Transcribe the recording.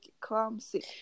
clumsy